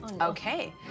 Okay